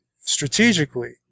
strategically